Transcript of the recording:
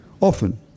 Often